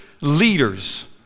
leaders